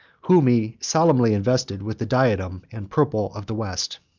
whom he solemnly invested with the diadem and purple of the west.